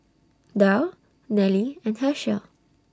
Darl Nelly and Hershel